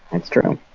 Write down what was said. that's true.